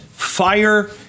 Fire